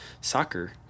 soccer